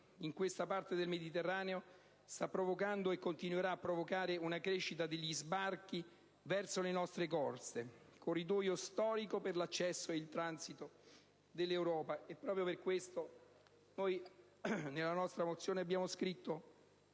in questa parte del Mediterraneo sta provocando, e continuerà a provocare, una crescita degli sbarchi verso le nostre coste, corridoio storico per l'accesso e il transito verso l'Europa. Proprio per questo, nella nostra risoluzione abbiamo scritto